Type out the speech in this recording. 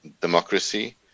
democracy